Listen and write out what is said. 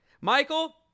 Michael